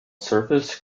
surface